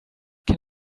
can